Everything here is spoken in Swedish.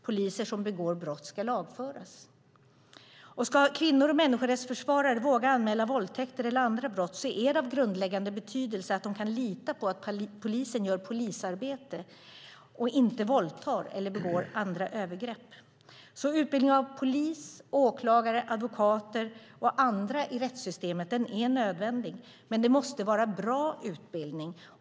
Poliser som begår brott ska lagföras. Ska kvinnor och människorättsförsvarare våga anmäla våldtäkter eller andra brott är det av grundläggande betydelse att de kan lita på att polisen gör polisarbete och inte våldtar eller begår andra övergrepp. Utbildning av polis, åklagare, advokater och andra i rättssystemet är nödvändig, men det måste vara bra utbildning.